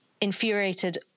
infuriated